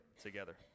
together